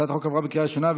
הצעת החוק עברה בקריאה ראשונה,